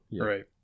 right